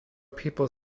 people